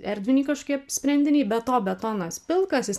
erdviniai kažkokie sprendiniai be to betonas pilkas jis